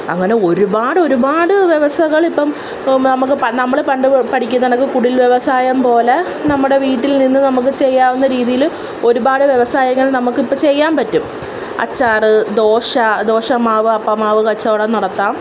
അങ്ങനെ ഒരുപാടൊരുപാട് വ്യവസകള് ഇപ്പോള് ഇപ്പോള് നമുക്ക് നമ്മള് പണ്ട് പഠിക്കുന്നണക്ക് കുടിൽ വ്യവസായം പോലെ നമ്മടെ വീട്ടിൽ നിന്ന് നമുക്കു ചെയ്യാവുന്ന രീതിയില് ഒരുപാട് വ്യവസായങ്ങൾ നമുക്ക് ഇപ്പോള് ചെയ്യാൻ പറ്റും അച്ചാറ് ദോശ ദോശമാവ് അപ്പമാവ് കച്ചവടം നടത്താം